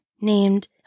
named